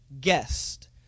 guest